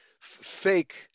fake